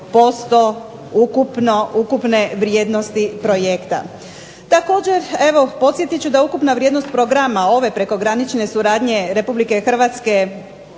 sredstva 85% ukupne vrijednosti projekta. Također evo podsjetit ću da ukupna vrijednost programa ove prekogranične suradnje Republike Hrvatske